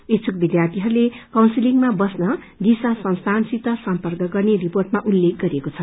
इच्छुक विध्यार्थीहरूले काउन्सीलिंगमा बस्न दिशा संस्थानसित सर्म्पक गर्ने रिर्पोटमा उल्लेख गरिएको छ